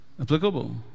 applicable